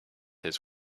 his